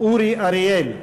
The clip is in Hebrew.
אורי אריאל,